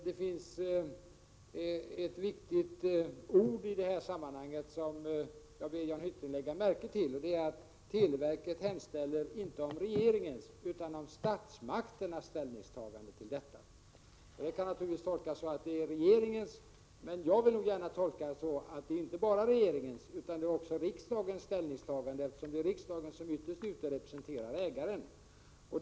Det finns ett viktigt ord i sammanhanget, som jag ber Jan Hyttring lägga märke till, och det är att televerket inte hemställer om regeringens utan om statsmakternas ställningstagande. Det kan naturligtvis tolkas som att det är regeringens ställningstagande det gäller, men jag vill nog gärna tolka det så att det inte bara är regeringens utan också riksdagens ställningstagande. Det är ju riksdagen som ytterst representerar ägaren.